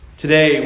Today